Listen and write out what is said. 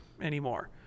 anymore